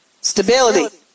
Stability